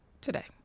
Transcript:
today